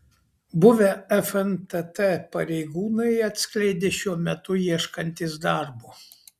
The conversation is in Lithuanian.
buvę fntt pareigūnai atskleidė šiuo metu ieškantys darbo